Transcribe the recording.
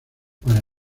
para